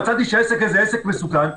מצאתי שהעסק הזה הוא עסק מסוכן,